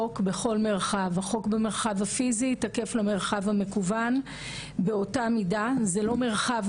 ובהצעה שיש כאן, יש הרחבה נוספת.